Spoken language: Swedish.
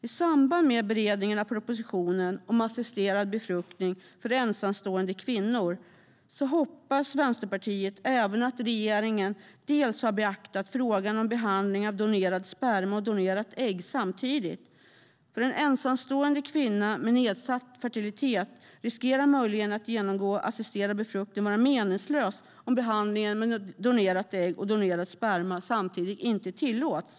I samband med beredningen av propositionen om assisterad befruktning för ensamstående kvinnor hoppas Vänsterpartiet även att regeringen har beaktat frågan om behandling av donerad sperma och donerat ägg samtidigt. För en ensamstående kvinna med nedsatt fertilitet riskerar möjligheten att genomgå assisterad befruktning att vara meningslös om behandling med donerat ägg och donerad sperma samtidigt inte tillåts.